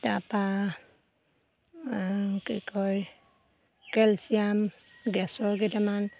তাৰপা কি কয় কেলচিয়াম গেছৰ কেইটামান